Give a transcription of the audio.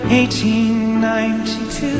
1892